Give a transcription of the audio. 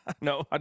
No